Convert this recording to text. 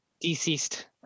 Deceased